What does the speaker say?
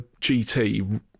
GT